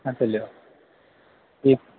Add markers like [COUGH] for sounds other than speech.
ہہ تُلِو [UNINTELLIGIBLE]